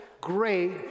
great